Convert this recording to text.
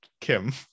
Kim